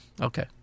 Okay